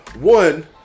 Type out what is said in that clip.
One